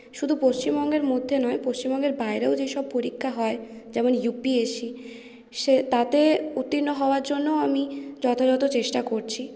শুধু পশ্চিমবঙ্গের মধ্যে নয় পশ্চিমবঙ্গের বাইরেও যেসব পরীক্ষা হয় যেমন ইউপিএসসি সে তাতে উত্তীর্ণ হওয়ার জন্যও আমি যথাযথ চেষ্টা করছি